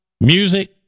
music